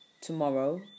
tomorrow